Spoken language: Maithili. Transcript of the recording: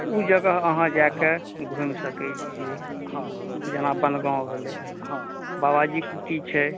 ओ जगह अहाँ जाकऽ घुमि सकै छियै जेना बनगाँव भेलै बाबा जी कुटी छै